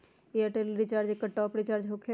Airtel recharge एकर top of recharge होकेला?